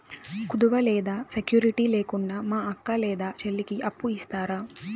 కుదువ లేదా సెక్యూరిటి లేకుండా మా అక్క లేదా చెల్లికి అప్పు ఇస్తారా?